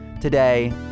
Today